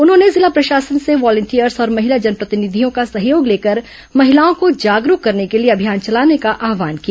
उन्होंने जिला प्रशासन से वॉलेंटियर्स और महिला जनप्रतिनिधियों का सहयोग लेकर बालिकाओं को जागरूक करने के लिए अभियान चलाने का आव्हान किया